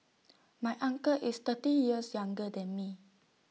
my uncle is thirty years younger than me